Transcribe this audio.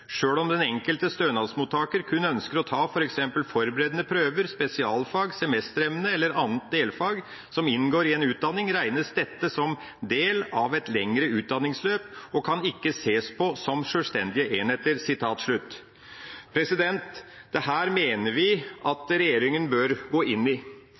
om den enkelte stønadsmottaker kun ønsker å ta f.eks. forberedende prøver, spesialfag, semesteremne eller annet delfag som inngår i en utdanning, regnes dette som del av et lengre utdanningsløp og kan ikke ses på som selvstendige enheter.» Dette mener vi at regjeringa bør gå inn i.